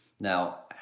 Now